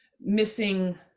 missing